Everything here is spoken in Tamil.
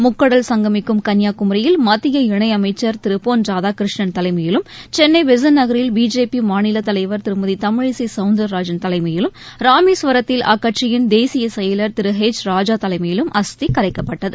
முக்கடல் சங்கமிக்கும் கன்னியாகுமரியில் மத்திய இணையமைச்சர் திரு பொன் ராதாகிருஷ்ணன் தலைமையிலும் சென்னை பெகன்ட் நகரில் பிஜேபி மாநில தலைவர் திருமதி தமிழிசை சவுந்தரராஜன் தலைமையிலும் ராமேஸ்வரத்தில் அக்கட்சியின் தேசிய செயலர் திரு ஹெச் ராஜா தலைமையிலும் அஸ்தி கரைக்கப்பட்டது